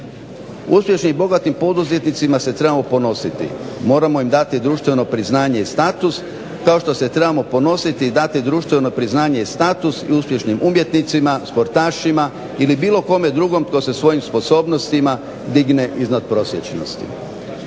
Uspješnim i bogatim poduzetnicima se moramo ponositi. Moramo im dati društveno priznanje i status kao što se trebamo ponositi i dati društveno priznanje i status i uspješnim umjetnicima, sportašima ili bilo kome drugim tko se svojim sposobnostima digne iznad prosječnosti.